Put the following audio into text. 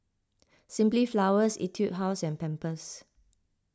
Simply Flowers Etude House and Pampers